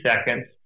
seconds